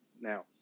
Now